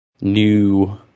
new